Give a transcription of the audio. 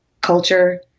culture